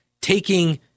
taking